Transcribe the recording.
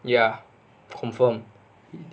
ya confirm